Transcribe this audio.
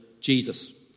Jesus